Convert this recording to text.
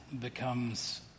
becomes